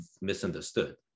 misunderstood